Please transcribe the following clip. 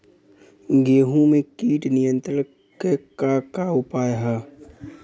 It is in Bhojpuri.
गेहूँ में कीट नियंत्रण क का का उपाय ह?